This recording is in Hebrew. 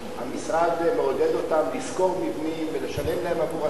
המשרד מעודד אותן לשכור מבנים ולשלם להן עבור השכירות?